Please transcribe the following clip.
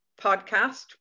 podcast